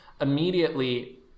immediately